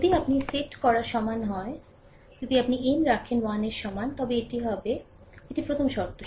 যদি আপনি সেট করা সমান হয় যদি আপনি n রাখেন 1 এর সমান তবে এটি হবে এটি প্রথম শর্ত